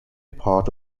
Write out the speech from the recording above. part